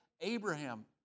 Abraham